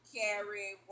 carry